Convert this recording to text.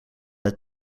het